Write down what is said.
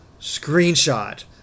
screenshot